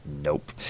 Nope